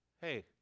Hey